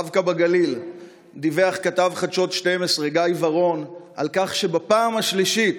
דווקא בגליל דיווח כתב חדשות 12 גיא ורון על כך שבפעם השלישית